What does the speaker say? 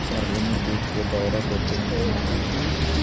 सार्वजनिक वित्त के दायरा के तीन गुना मानल जाय हइ